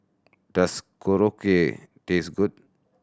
does Korokke taste good